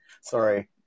Sorry